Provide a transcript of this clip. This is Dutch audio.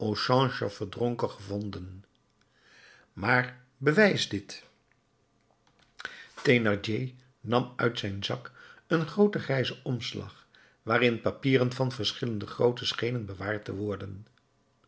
opzeide de politie agent ja vert is onder een schuit bij de pont au change verdronken gevonden maar bewijs dit thénardier nam uit zijn zak een grooten grijzen omslag waarin papieren van verschillende grootte schenen bewaard te worden